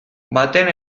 baten